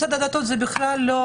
שמשרד הדתות הוא בכלל לא